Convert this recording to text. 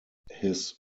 his